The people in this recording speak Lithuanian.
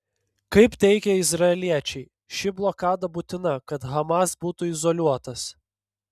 kaip teigia izraeliečiai ši blokada būtina kad hamas būtų izoliuotas